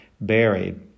buried